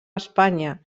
espanya